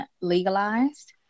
legalized